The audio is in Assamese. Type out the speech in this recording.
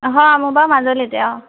অঁ হ মোৰ বাৰু মাজুলীতে অঁ